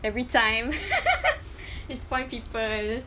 every time disappoint people